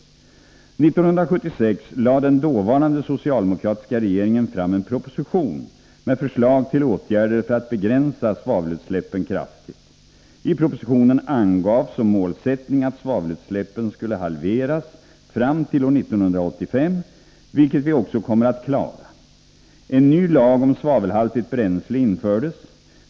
1976 lade den och vatten dåvarande socialdemokratiska regeringen fram en proposition med förslag till åtgärder för att kraftigt begränsa svavelutsläppen. I propositionen angavs som målsättning att svavelutsläppen skulle halveras fram till år 1985, vilket vi också kommer att klara. En ny lag om svavelhaltigt bränsle infördes.